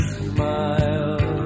smile